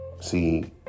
See